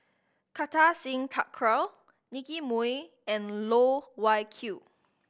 Kartar Singh Thakral Nicky Moey and Loh Wai Kiew